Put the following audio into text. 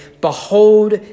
behold